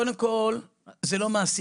קודם כל, זה לא מעסיק.